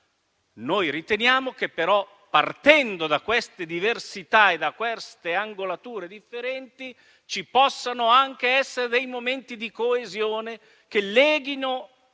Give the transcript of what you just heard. Noi riteniamo però, partendo da queste diversità e angolature differenti, ci possano anche essere dei momenti di coesione che leghino